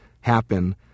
happen